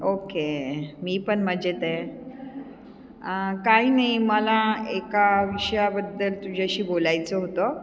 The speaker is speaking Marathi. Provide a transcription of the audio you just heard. ओके मी पण मजेत आहे काही नाही मला एका विषयाबद्दल तुझ्याशी बोलायचं होतं